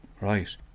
Right